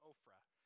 Ophrah